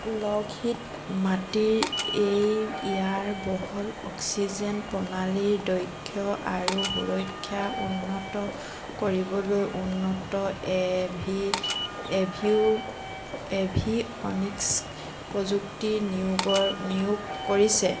Lockheed মাটিৰ এই ইয়াৰ বহল অক্সিজেন প্ৰণালীৰ দক্ষ আৰু সুৰক্ষা উন্নত কৰিবলৈ উন্নত এভি এভিউ এভিঅনিক্স প্ৰযুক্তি নিয়োগৰ নিয়োগ কৰিছে